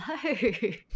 Hello